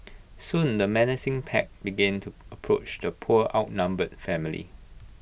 soon the menacing pack began to approach the poor outnumbered family